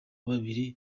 babiri